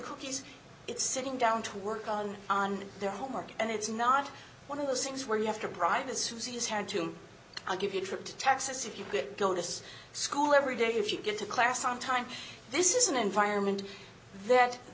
cookies it's sitting down to work on on their homework and it's not one of those things where you have to bribe the suzy's had to give you a trip to texas if you could go this school every day if you get to class on time this is an environment that